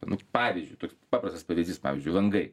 nu pavyzdžiui toks paprastas pavyzdys pavyzdžiui langai